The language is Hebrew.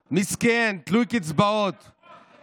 היית מטיף לנו כל שבוע על אלמנות,